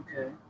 Okay